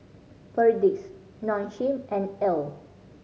Perdix Nong Shim and Elle